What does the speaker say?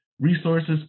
resources